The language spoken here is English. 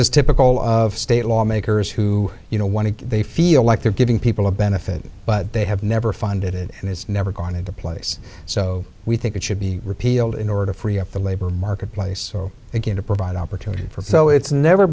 is typical of state lawmakers who you know want to they feel like they're giving peace well a benefit but they have never funded it and it's never gone into place so we think it should be repealed in order to free up the labor market place again to provide opportunity for so it's never